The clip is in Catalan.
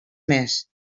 més